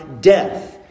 death